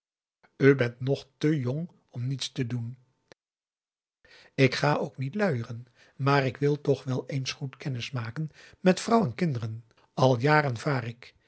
bent nog te jong om niets te doen ik ga ook niet luieren maar ik wil toch wel eens goed kennis maken met vrouw en kinderen al jaren